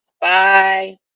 Bye